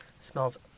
Smells